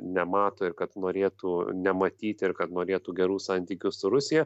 nemato ir kad norėtų nematyti ir kad norėtų gerų santykių su rusija